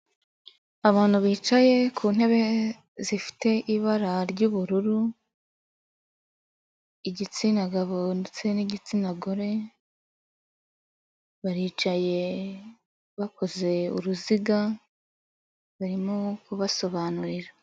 Abantu bicaye ku ntebe zifite ibara ry'ubururu, igitsina gabo ndetse n'igitsina gore, baricaye bakoze uruziga, barimo kubasobanurira.